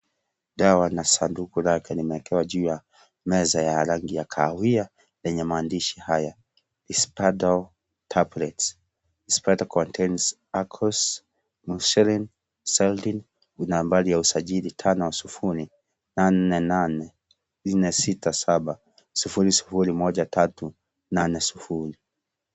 Dawa na sanduku lake limeekelewa juu ya meza ya rangi ya kahawia yenye maandishi haya: dispardle tablets. These tablets contain alcoze, celtine na nambari ya usajili 5088467001380.